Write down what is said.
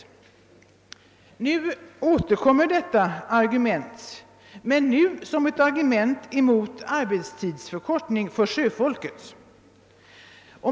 Nu återkommer detta argument, men den na gång som ett skäl mot en arbetstidsförkortning för sjöfolket.